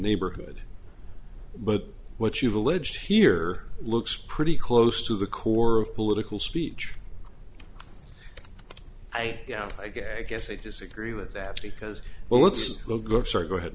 neighborhood but what you've alleged here looks pretty close to the core of political speech i yeah i guess i disagree with that because well let's look good sorry go ahead